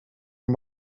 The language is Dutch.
een